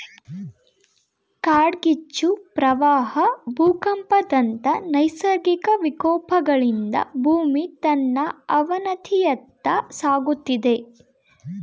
ಕಾಡ್ಗಿಚ್ಚು, ಪ್ರವಾಹ ಭೂಕಂಪದಂತ ನೈಸರ್ಗಿಕ ವಿಕೋಪಗಳಿಂದ ಭೂಮಿ ತನ್ನ ಅವನತಿಯತ್ತ ಸಾಗುತ್ತಿದೆ